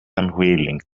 unwilling